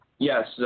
Yes